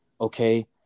okay